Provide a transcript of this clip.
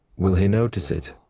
will he notice it?